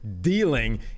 dealing